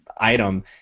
item